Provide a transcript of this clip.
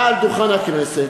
מעל דוכן הכנסת,